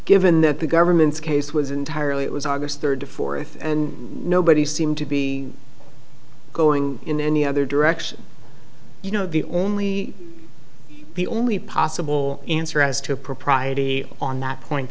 given that the government's case was entirely it was august third fourth and nobody seemed to be going in any other direction you know the only the only possible answer as to propriety on that point